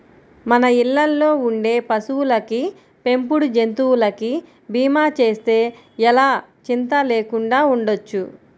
మన ఇళ్ళల్లో ఉండే పశువులకి, పెంపుడు జంతువులకి భీమా చేస్తే ఎలా చింతా లేకుండా ఉండొచ్చు